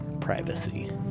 privacy